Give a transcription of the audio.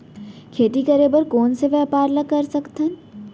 खेती करे बर कोन से व्यापार ला कर सकथन?